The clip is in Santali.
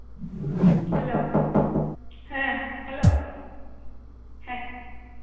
ᱦᱮᱞᱳ ᱦᱮᱸ ᱦᱮᱞᱳ